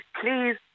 please